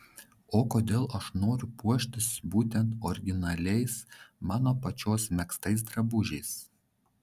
o kodėl aš noriu puoštis būtent originaliais mano pačios megztais drabužiais